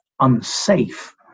unsafe